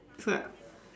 so like